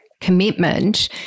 commitment